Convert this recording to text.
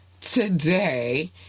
today